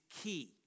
key